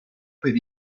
per